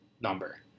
number